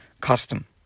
custom